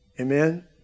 amen